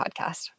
Podcast